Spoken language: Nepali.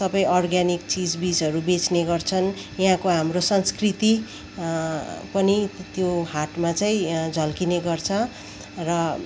सबै अर्ग्यानिक चिजबिजहरू बेच्ने गर्छन् यहाँको हाम्रो संस्कृति पनि त्यो हाटमा चाहिँ झल्किने गर्छ र